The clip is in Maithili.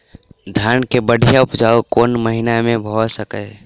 धान केँ बढ़िया उपजाउ कोण महीना मे भऽ सकैय?